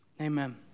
Amen